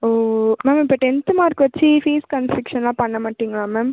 ஓ ma'am இப்போ tenth mark வச்சு fees கன்ஸெக்ஷன்லாம் பண்ண மாட்டிங்களா மேம்